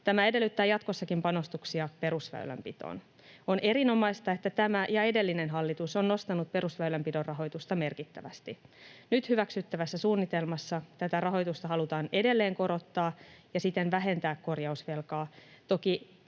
Tämä edellyttää jatkossakin panostuksia perusväylänpitoon. On erinomaista, että tämä ja edellinen hallitus ovat nostaneet perusväylänpidon rahoitusta merkittävästi. Nyt hyväksyttävässä suunnitelmassa tätä rahoitusta halutaan edelleen korottaa ja siten vähentää korjausvelkaa,